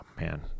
Man